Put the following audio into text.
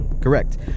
Correct